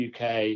UK